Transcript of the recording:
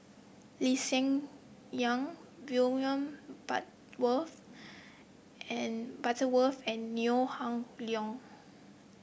Lee Hsien Yang William and Butterworth and Neo Ah Luan